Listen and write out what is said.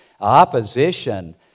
opposition